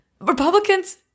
Republicans